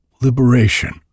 liberation